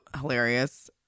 hilarious